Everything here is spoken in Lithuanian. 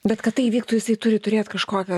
bet kad tai įvyktų jisai turi turėt kažkokį